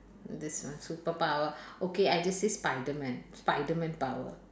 this one superpower okay I just say spiderman spiderman power